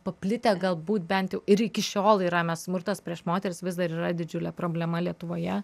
paplitę galbūt bent jau ir iki šiol yra nes smurtas prieš moteris vis dar yra didžiulė problema lietuvoje